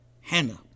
Hannah